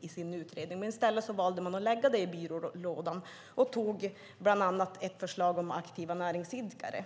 i sin utredning. I stället valde man att lägga det i byrålådan och antog bland annat ett förslag om aktiva näringsidkare.